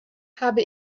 habe